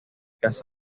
crónicas